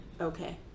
okay